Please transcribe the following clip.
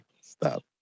Stop